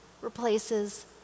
replaces